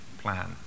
plan